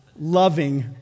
loving